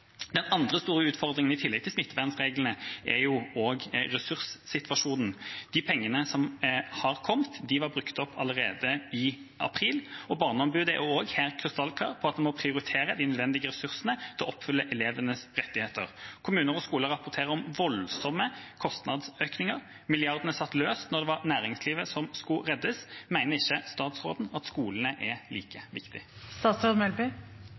Den andre store utfordringen, i tillegg til smittevernreglene, er ressurssituasjonen. De pengene som har kommet, var brukt opp allerede i april, og Barneombudet er også her krystallklare på at man må prioritere de nødvendige ressursene til å oppfylle elevenes rettigheter. Kommuner og skoler rapporterer om voldsomme kostnadsøkninger. Milliardene satt løst da det var næringslivet som skulle reddes. Mener ikke statsråden at skolene er